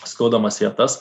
skaudamas vietas